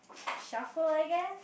shuffle I guess